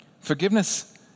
Forgiveness